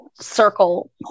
circle